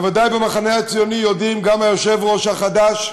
בוודאי במחנה הציוני יודעים, גם היושב-ראש החדש,